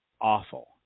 awful